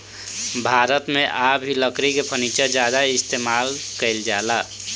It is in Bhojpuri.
भारत मे आ भी लकड़ी के फर्नीचर ज्यादा इस्तेमाल कईल जाला